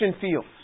fields